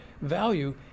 value